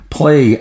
play